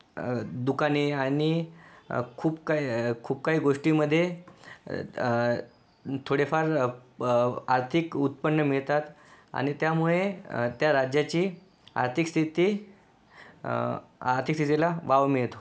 दुकाने आणि खूप काय खूप काय गोष्टीमध्ये थोडेफार प आर्थिक उत्पन्न मिळतात आणि त्यामुळे त्या राज्याची आर्थिक स्थिती आर्थिक स्थितीला वाव मिळतो